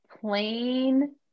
plain